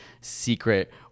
secret